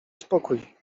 spokój